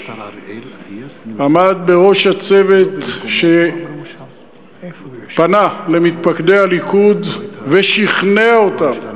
עמד בראש הצוות שפנה למתפקדי הליכוד ושכנע אותם,